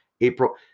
April